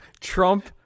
Trump